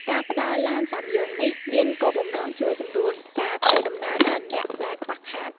ការផ្តល់ឡានសាំយ៉ុងនេះមានគោលបំណងជួយសម្រួលការធ្វើដំណើរដល់អ្នកដែលខ្វះខាត។